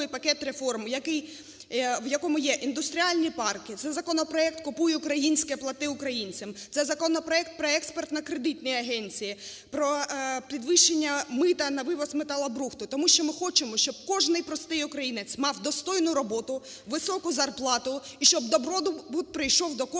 Тому що ми хочемо, щоб кожен простий українець мав достойну роботу, високу зарплату і щоб добробут прийшов до кожної